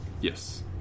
yes